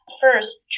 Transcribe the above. First